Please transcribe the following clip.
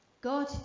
God